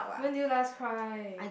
when did you last cry